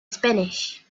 spanish